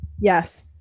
Yes